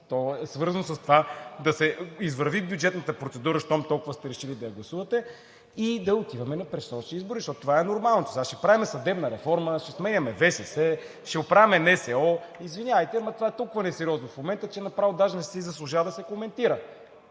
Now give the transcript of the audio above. То е свързано с това да се извърви бюджетната процедура, щом толкова сте решили да я гласувате, и да отиваме на предсрочни избори, защото това е нормалното. Сега ще сменяме съдебна реформа, ще сменяме ВСС, ще оправяме НСО – извинявайте, ама това е толкова несериозно в момента, че направо даже не си заслужава да се коментира.